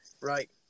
Right